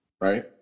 right